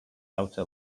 outer